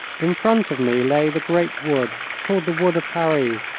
in front of me lay the great wood, called the wood of paris,